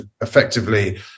effectively